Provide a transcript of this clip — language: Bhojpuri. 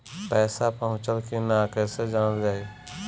पैसा पहुचल की न कैसे जानल जाइ?